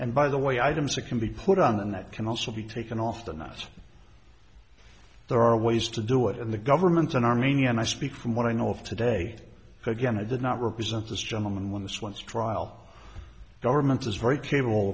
and by the way items that can be put on the net can also be taken off the us there are ways to do it in the government in armenia and i speak from what i know of today again i did not represent this gentleman when this once trial government is very capable